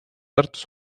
tartus